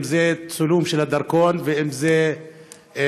אם זה צילום של הדרכון ואם זה ויזה,